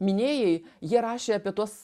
minėjai jie rašė apie tuos